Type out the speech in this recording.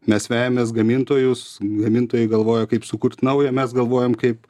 mes vejamės gamintojus gamintojai galvoja kaip sukurti naują mes galvojam kaip